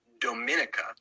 dominica